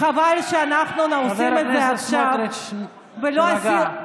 חבר הכנסת סמוטריץ', תירגע.